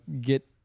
get